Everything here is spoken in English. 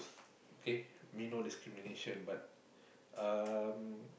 okay me no discrimination but uh